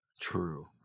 True